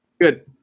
Good